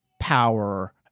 power